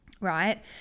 Right